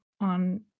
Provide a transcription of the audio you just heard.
on